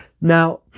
Now